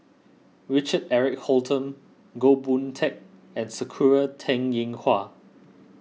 Richard Eric Holttum Goh Boon Teck and Sakura Teng Ying Hua